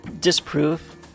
Disprove